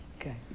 Okay